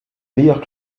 meilleurs